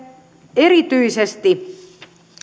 erityisesti